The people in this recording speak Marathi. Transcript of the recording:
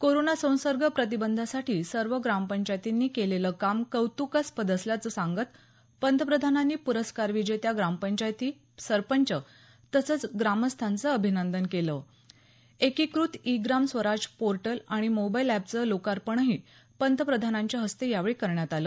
कोरोना संसर्ग प्रतिबंधासाठी सर्व ग्रामपंचायतींनी केलेलं काम कौतुकास्पद असल्याचं सांगत पंतप्रधानांनी पुरस्कार विजेत्या ग्रामपंचायती सरपंच तसंच ग्रामस्थांचं अभिनंदन केलं एकीकृत ई ग्राम स्वराज पोर्टल आणि मोबाईल एपचं लोकार्पणही पंतप्रधानांच्या हस्ते यावेळी करण्यात आलं